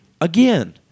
Again